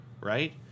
right